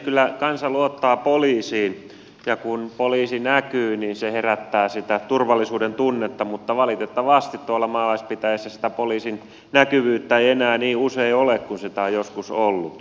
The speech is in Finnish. kyllä kansa luottaa poliisiin ja kun poliisi näkyy niin se herättää sitä turvallisuudentunnetta mutta valitettavasti tuolla maalaispitäjissä sitä poliisin näkyvyyttä ei enää niin usein ole kuin sitä on joskus ollut